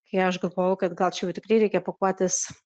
kai aš galvojau kad gal čia jau tikrai reikia pakuotis